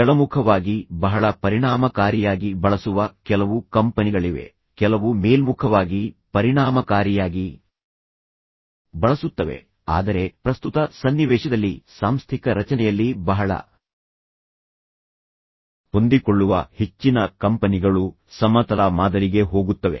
ಕೆಳಮುಖವಾಗಿ ಬಹಳ ಪರಿಣಾಮಕಾರಿಯಾಗಿ ಬಳಸುವ ಕೆಲವು ಕಂಪನಿಗಳಿವೆ ಕೆಲವು ಮೇಲ್ಮುಖವಾಗಿ ಪರಿಣಾಮಕಾರಿಯಾಗಿ ಬಳಸುತ್ತವೆ ಆದರೆ ಪ್ರಸ್ತುತ ಸನ್ನಿವೇಶದಲ್ಲಿ ಸಾಂಸ್ಥಿಕ ರಚನೆಯಲ್ಲಿ ಬಹಳ ಹೊಂದಿಕೊಳ್ಳುವ ಹೆಚ್ಚಿನ ಕಂಪನಿಗಳು ಸಮತಲ ಮಾದರಿಗೆ ಹೋಗುತ್ತವೆ